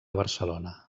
barcelona